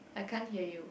I can't hear you